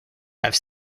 have